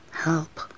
help